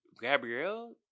Gabrielle